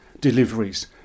deliveries